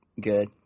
good